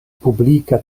publika